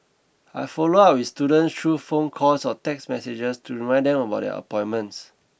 I follow up with students through phone calls or text messages to remind them about their appointments